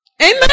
Amen